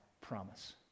promise